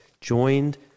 joined